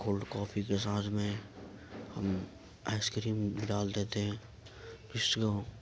cold coffee کے ساتھ میں ہم آئس کریم ڈال دیتے ہیں بیسیوں